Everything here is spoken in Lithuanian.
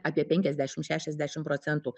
apie penkiasdešimt šešiasdešimt procentų